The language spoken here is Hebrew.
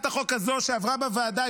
שעברה בוועדה,